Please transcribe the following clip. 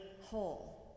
whole